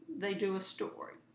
they do a story,